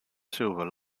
silver